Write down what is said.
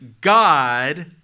God